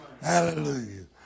Hallelujah